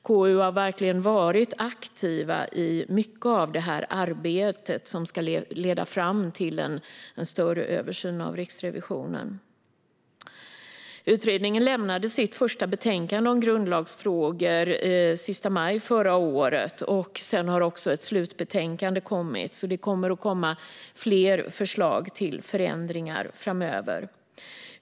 KU har verkligen varit aktivt i mycket av det arbete som ska leda fram till en större översyn av Riksrevisionen. Utredningen lämnade sitt första betänkande om grundlagsfrågor den sista maj förra året. Sedan har också ett slutbetänkande kommit. Det kommer alltså att komma fler förslag till förändringar framöver.